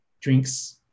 drinks